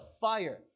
fire